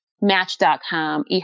match.com